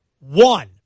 One